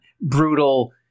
brutal